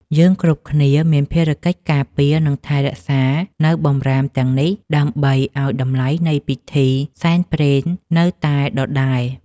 យើងគ្រប់គ្នាមានភារកិច្ចការពារ និងថែរក្សានូវបម្រាមទាំងនេះដើម្បីឱ្យតម្លៃនៃពិធីសែនព្រេននៅតែដដែល។